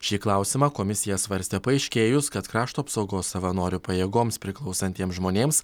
šį klausimą komisija svarstė paaiškėjus kad krašto apsaugos savanorių pajėgoms priklausantiems žmonėms